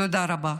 תודה רבה.